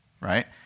right